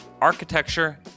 architecture